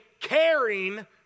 caring